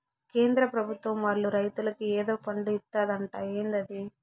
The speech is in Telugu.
కేంద్ర పెభుత్వం వాళ్ళు రైతులకి ఏదో ఫండు ఇత్తందట ఏందది